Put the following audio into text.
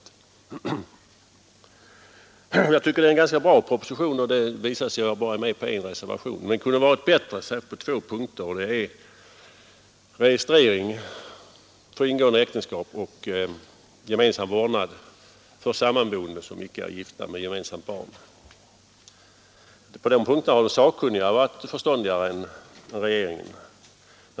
Jag tycker att det här är en ganska bra proposition — det framgår av att jag är med på bara en reservation — men den skulle ha kunnat vara bättre, särskilt på två punkter: registrering för ingående av äktenskap och gemensam vårdnad för sammanboende med gemensamt barn som icke är gifta. På de punkterna har de sakkunniga varit förståndigare än regeringen.